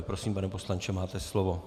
Prosím, pane poslanče, máte slovo.